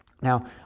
Now